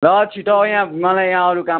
ल छिटो आउ है मलाई यहाँ अरू काम छ